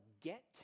get